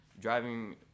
driving